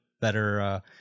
better